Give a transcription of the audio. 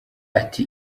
ati